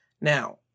Now